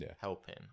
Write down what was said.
helping